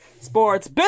sports